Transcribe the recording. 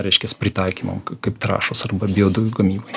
reiškias pritaikymam kaip trąšos arba biodujų gamybai